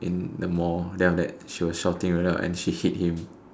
in the Mall then after that she was shouting right then and she hit him